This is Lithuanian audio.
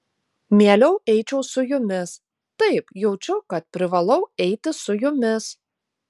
mieliau eičiau su jumis taip jaučiu kad privalau eiti su jumis